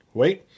wait